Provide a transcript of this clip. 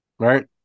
Right